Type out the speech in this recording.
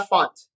Font